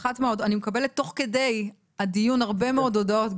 אני מקבלת תוך כדי הדיון הרבה מאוד הודעות,